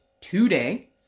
today